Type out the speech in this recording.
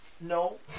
No